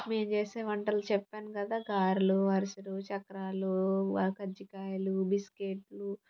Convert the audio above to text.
మేం చేసే వంటలు చెప్పాను కదా గారెలు అరిసెలు చక్రాలు కజ్జికాయలు బిస్కెట్లు